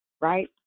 right